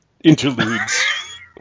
interludes